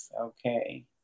Okay